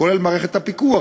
כולל מערכת הפיקוח,